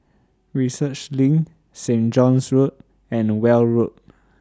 Research LINK Saint John's Road and Weld Road